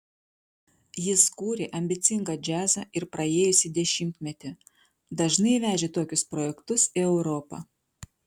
jis kūrė ambicingą džiazą ir praėjusį dešimtmetį dažnai vežė tokius projektus į europą